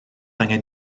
angen